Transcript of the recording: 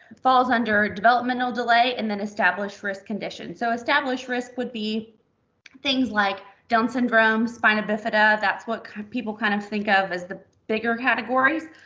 falls under developmental delay, and then established risk condition. so established risk would be things like down syndrome, spinal bifida. that's what kind of people kind of think of as the bigger categories,